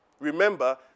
Remember